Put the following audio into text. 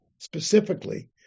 specifically